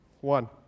one